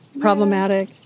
problematic